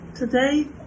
Today